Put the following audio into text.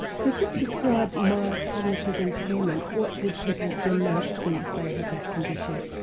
so just describe mild cognitive impairment, what would people be noticing if they have that condition?